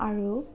আৰু